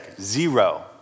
zero